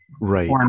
right